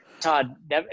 Todd